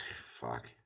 fuck